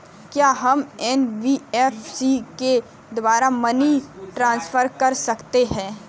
क्या हम एन.बी.एफ.सी के द्वारा मनी ट्रांसफर कर सकते हैं?